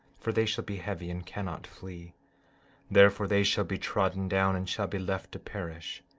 for they shall be heavy and cannot flee therefore, they shall be trodden down and shall be left to perish.